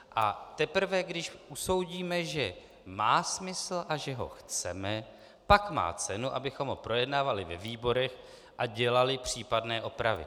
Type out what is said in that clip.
A teprve když usoudíme, že má smysl a že ho chceme, pak má cenu, abychom ho projednávali ve výborech a dělali případné opravy.